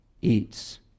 eats